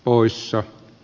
hallitusohjelmassa